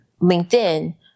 LinkedIn